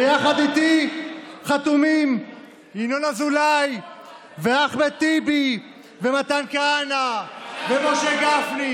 ויחד איתי חתומים ינון אזולאי ואחמד טיבי ומתן כהנא ומשה גפני,